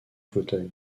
fauteuil